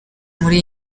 muri